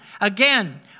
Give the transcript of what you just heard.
Again